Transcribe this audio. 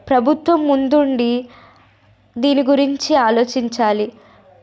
ప్రభుత్వం ముందు ఉంది దీని గురించి ఆలోచించాలి